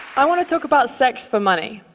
i want to talk about sex for money.